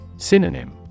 Synonym